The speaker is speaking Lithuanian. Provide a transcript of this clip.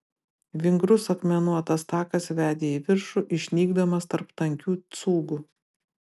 vingrus akmenuotas takas vedė į viršų išnykdamas tarp tankių cūgų